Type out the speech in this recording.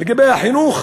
לגבי החינוך,